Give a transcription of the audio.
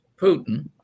Putin